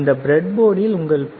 இந்த ப்ரெட்போர்டில் உங்கள் பி